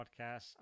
podcasts